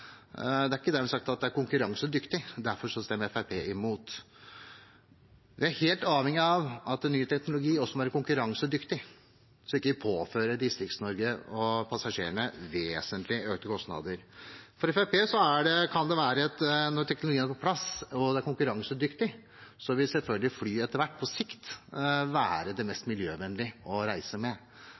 Det er ikke dermed sagt at det er konkurransedyktig. Derfor stemmer Fremskrittspartiet imot. Vi er helt avhengig av at ny teknologi også må være konkurransedyktig, slik at vi ikke påfører Distrikts-Norge og passasjerene vesentlig økte kostnader. Fremskrittspartiet ser at det kan være slik at når teknologien er på plass og den er konkurransedyktig, vil fly på sikt selvfølgelig være det mest miljøvennlige å reise med.